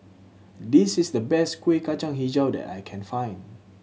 this is the best Kueh Kacang Hijau that I can find